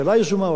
השאלה יזומה,